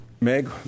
Meg